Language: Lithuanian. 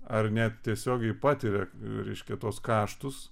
ar net tiesiogiai patiria reiškia tuos kaštus